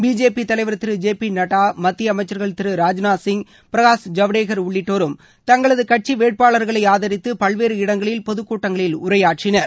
BJP தலைவர் திரு J P Nadda மத்திய அமைச்சர்கள் திரு ராஜ்நாத் சிங் பிரகாஷ் ஜவடேகர் உள்ளிட்டோரும் தங்களது கட்சி வேட்பாளர்களை ஆதரித்து பல்வேறு இடங்களில் பொதுக் கூட்டங்களில் உரையாற்றினார்